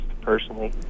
personally